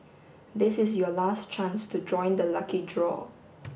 this is your last chance to join the lucky draw